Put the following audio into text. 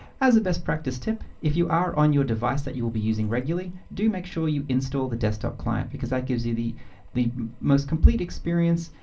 as a best practice tip, if you are on your device that you will be using regularly, do make sure you install the desktop client because that gives you the the most complete experience,